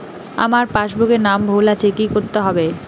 আমার পাসবুকে নাম ভুল আছে কি করতে হবে?